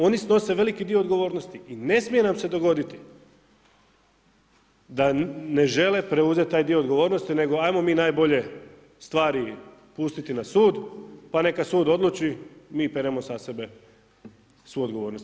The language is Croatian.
Oni snose veliki dio odgovornosti i ne smije nam se dogoditi da ne žele preuzeti taj dio odgovornosti, nego ajmo mi najbolje stari pustiti na sud, pa neka sud odluči, mi peremo sa sebe svu odgovornost.